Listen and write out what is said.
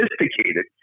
sophisticated